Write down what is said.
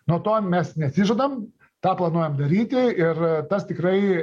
nuo to mes neatsižadam tą planuojam daryti ir tas tikrai